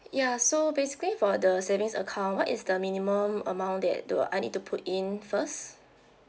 ya so basically for the savings account what is the minimum amount that do I need to put in first